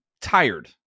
tired